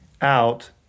out